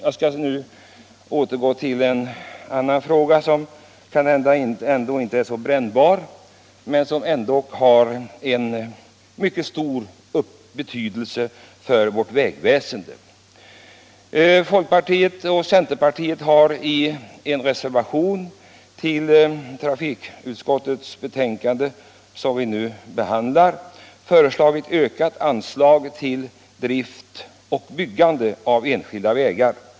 Jag skall nu gå över till en fråga som kanske inte är så brännbar men som ändå har mycket stor betydelse för vårt vägväsende. Centerpartiet och folkpartiet har i en reservation föreslagit ökat anslag till drift och byggande av enskilda vägar.